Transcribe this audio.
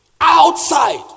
Outside